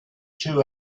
two